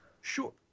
sure